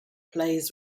plays